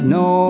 no